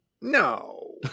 No